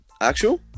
Actual